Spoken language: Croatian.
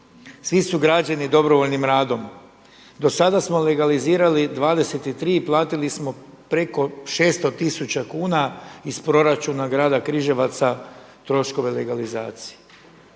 Svi su građeni dobrovoljnim radom. Do sada smo legalizirali 23 i platili smo preko 600 tisuća kuna iz proračuna Grada Križevaca troškove legalizacije.